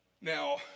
Now